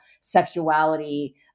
sexuality